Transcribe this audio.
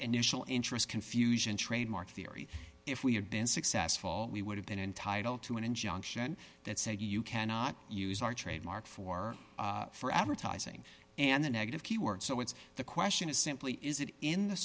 initial interest confusion trademark theory if we had been successful we would have been entitled to an injunction that said you cannot use our trademark for for advertising and the negative keywords so it's the question is simply is it in the